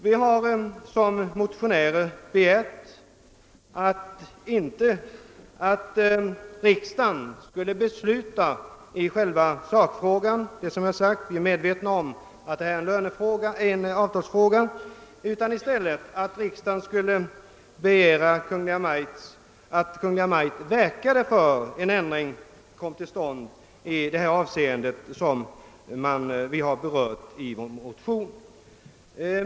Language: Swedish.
Vi motionärer har inte begärt att riksdagen skall besluta i själva sakfrågan — vi är som sagt medvetna om att det rör sig om en avtalsfråga — utan att riksdagen skall begära att Kungl. Maj:t verkar för att en ändring kommer till stånd i de fall som berörs i vårt motionspar.